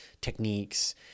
techniques